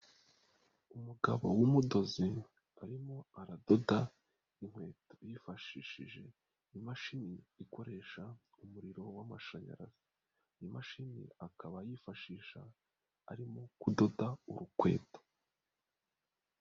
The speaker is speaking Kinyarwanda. Umugabo w'umudozi urimo aradoda inkweto yifashishije imashini ikoresha umuriro w'amashanyarazi, iyi mashini akaba ayifashisha arimo kudoda urukweto.